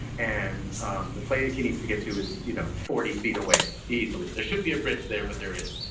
and um the place he needs to get to is, you know, forty feet away so easily. there should be a bridge there, but there isn't.